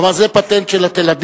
הוא אמר: זה פטנט של התל-אביבים.